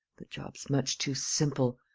the job's much too simple,